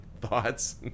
Thoughts